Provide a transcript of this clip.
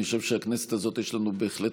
אני חושב שבכנסת הזאת יש לנו בהחלט